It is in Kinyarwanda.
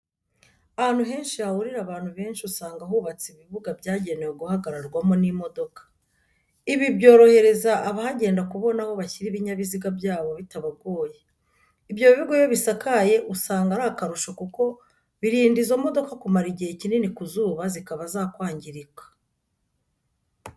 Ahantu henshi hahurira abantu benshi usanga hubatse ibibuga byagenewe guhagararwamo n'imodoka. Ibi byorohereza abahagenda kubona aho bashyira ibinyabiziga byabo bitabagoye. Ibyo bibuga iyo bisakaye usanga ari akarusho kuko birinda izo modoka kumara igihe kinini ku zuba zikaba zakwangirika.